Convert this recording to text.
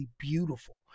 beautiful